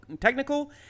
technical